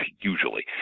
usually